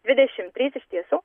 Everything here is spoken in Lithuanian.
dvidešim trys iš tiesų